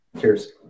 Cheers